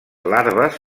larves